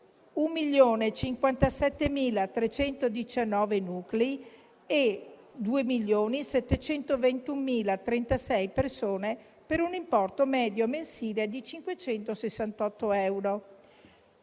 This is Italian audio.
1.057.319 nuclei e 2.721.036 persone, per un importo medio mensile di 568 euro.